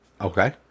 Okay